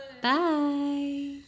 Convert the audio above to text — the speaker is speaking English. bye